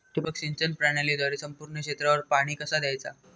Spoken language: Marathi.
ठिबक सिंचन प्रणालीद्वारे संपूर्ण क्षेत्रावर पाणी कसा दयाचा?